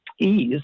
ease